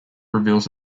reveals